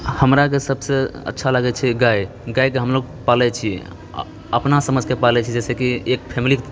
हमरा सबसँ अच्छा लागैत छै गाय गायकेँ हमलोग पालै छियै अपना समझके पालै छियै जैसे कि एक फैमिली